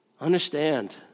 Understand